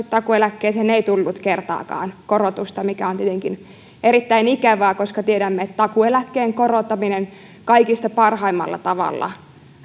takuueläkkeeseen ei tullut kertaakaan korotusta mikä on tietenkin erittäin ikävää koska tiedämme että takuu eläkkeen korottaminen kaikista parhaimmalla tavalla